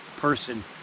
person